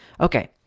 Okay